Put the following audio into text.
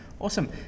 Awesome